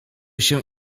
się